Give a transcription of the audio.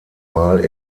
mal